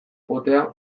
potea